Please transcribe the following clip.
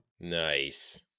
Nice